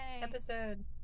Episode